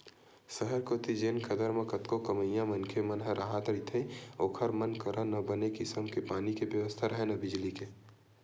सहर कोती जेन खदर म कतको कमइया मनखे मन ह राहत रहिथे ओखर मन करा न बने किसम के पानी के बेवस्था राहय, न बिजली के